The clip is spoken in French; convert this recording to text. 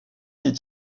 est